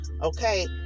Okay